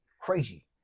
Crazy